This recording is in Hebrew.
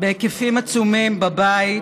בהיקפים עצומים בבית,